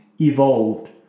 evolved